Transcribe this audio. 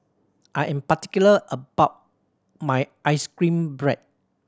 I am particular about my ice cream bread